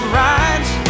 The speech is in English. rides